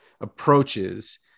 approaches